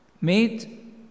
made